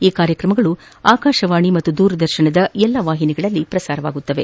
ಈ ಕಾರ್ಕಕಮಗಳು ಆಕಾಶವಾಣಿ ಮತ್ತು ದೂರದರ್ಶನದ ಎಲ್ಲಾ ವಾಹಿನಿಗಳಲ್ಲಿ ಪ್ರಸಾರವಾಗಲಿದೆ